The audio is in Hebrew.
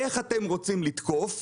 איך אתם רוצים לתקוף,